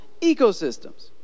ecosystems